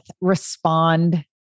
respond